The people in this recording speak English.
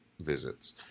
visits